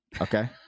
Okay